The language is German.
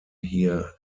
hier